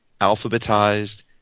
alphabetized